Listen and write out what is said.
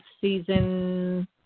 season